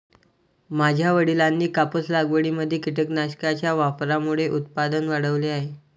माझ्या वडिलांनी कापूस लागवडीमध्ये कीटकनाशकांच्या वापरामुळे उत्पादन वाढवले आहे